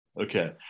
Okay